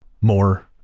more